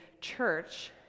church